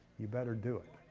you better do it.